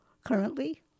currently